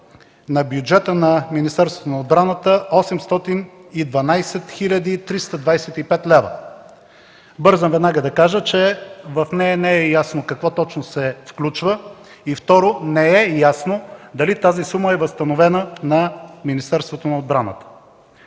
в бюджета на Министерството на отбраната е 812 325 лв. Бързам веднага да кажа, че в нея не е ясно какво точно се включва, и второ – не е ясно дали тази сума е възстановена на Министерството на отбраната.